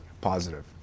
Positive